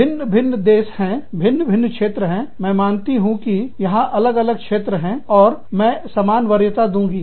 भिन्न भिन्न देश है भिन्न भिन्न क्षेत्र हैं मैं मानती हूं कि यहां अलग अलग क्षेत्र हैं और मैं समान वरीयता दूंगी